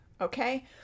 Okay